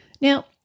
Now